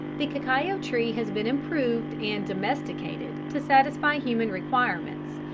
the cacao tree has been improved and domesticated to satisfy human requirements,